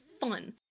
fun